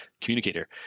communicator